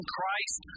Christ